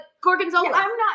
gorgonzola